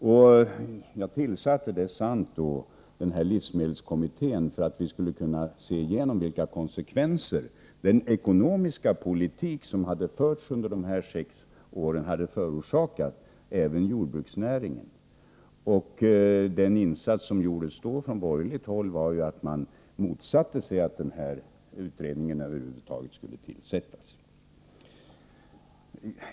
Det är sant att jag tillsatte livsmedelskommittén för att vi skulle kunna se igenom vilka konsekvenser den ekonomiska politik som hade förts under de sex åren hade förorsakat även jordbruksnäringen. Den insats som då gjordes från borgerligt håll var ju att motsätta sig att utredningen över huvud taget skulle tillsättas. Herr talman!